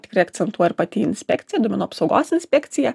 tikrai akcentuoja ir pati inspekcija duomenų apsaugos inspekcija